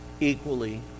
equally